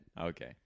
Okay